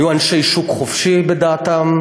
היו אנשי שוק חופשי בדעתם,